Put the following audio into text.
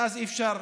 ואז אי-אפשר.